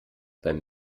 beim